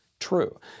true